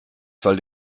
soll